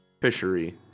fishery